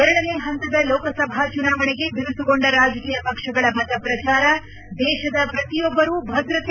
ಎರಡನೇ ಹಂತದ ಲೋಕಸಭಾ ಚುನಾವಣೆಗೆ ಬಿರುಸುಗೊಂಡ ರಾಜಕೀಯ ಪಕ್ಷಗಳ ಮತ ಪ್ರಚಾರ ದೇಶದ ಪ್ರತಿಯೊಬ್ಲರು ಭದ್ರತೆ